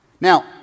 Now